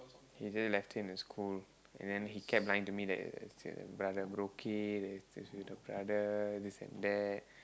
he just left in the school and he kept lying to me that his brother broke it it's with the brother this and that